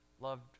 loved